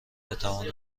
بتوانم